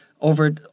over